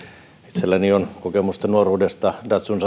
itselläni on kokemusta nuoruudesta datsun